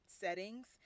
settings